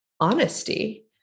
honesty